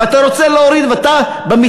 ואתה רוצה להוריד במתווה,